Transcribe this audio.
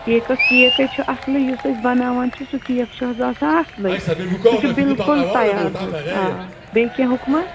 cakes کیکَے چھُ اَصلٕے یُس أسۍ بناوان چھِ سُہ کیک چھُ حظ آسان اَصلٕے سُہ چھُ بِلکُل تیار حظ آ بیٚیہِ کینٛہہ حُکُمہ